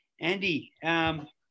Andy